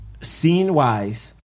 scene-wise